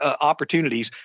opportunities